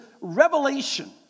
revelation